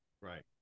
Right